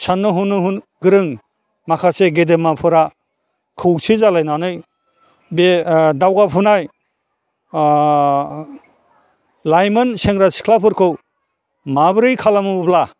साननै हनो गोरों माखासे गेदेमाफोरा खौसे जालायनानै बे दावगाफुनाय लाइमोन सेंग्रा सिख्लाफोरखौ माबोरै खालामोब्ला